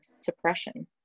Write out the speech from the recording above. suppression